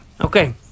Okay